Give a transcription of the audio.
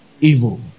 evil